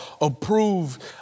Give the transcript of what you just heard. approved